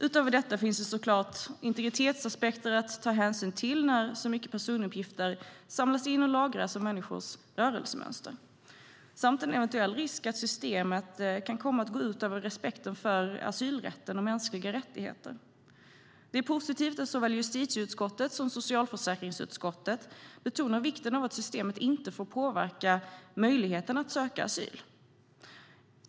Utöver detta finns så klart integritetsaspekter att ta hänsyn till när så mycket personuppgifter om människors rörelsemönster samlas in och lagras, samt en eventuell risk att systemet kan komma att gå ut över respekten för asylrätten och mänskliga rättigheter. Det är positivt att såväl justitieutskottet som socialförsäkringsutskottet betonar vikten av att systemet inte får påverka möjligheten att söka asyl.